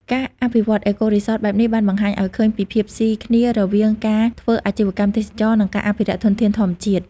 ការអភិវឌ្ឍន៍ អេកូរីសត បែបនេះបានបង្ហាញឱ្យឃើញពីភាពស៊ីគ្នារវាងការធ្វើអាជីវកម្មទេសចរណ៍ និងការអភិរក្សធនធានធម្មជាតិ។